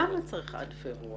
למה צריך עד פברואר?